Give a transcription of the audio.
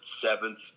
seventh